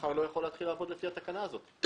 מחר אני לא יכול להתחיל לעבוד לפי התקנה הזאת.